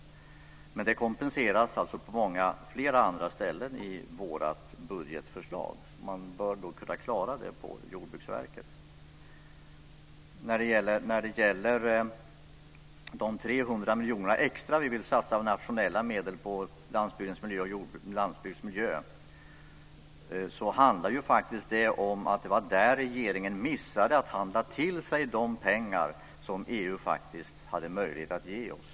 Men det kompenseras alltså på flera andra ställen i vårt budgetförslag. Man bör då kunna klara det på Jordbruksverket. När det gäller de 300 miljonerna extra som vi vill satsa av nationella medel på landsbygdsmiljön var det faktiskt så att regeringen missade att förhandla till sig de pengar som EU hade möjlighet att ge oss.